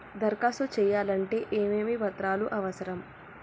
దరఖాస్తు చేయాలంటే ఏమేమి పత్రాలు అవసరం?